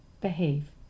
behave